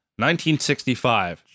1965